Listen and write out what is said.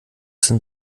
sind